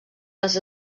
les